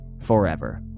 forever